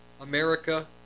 America